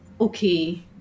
okay